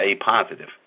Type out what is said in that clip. A-positive